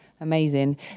amazing